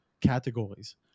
categories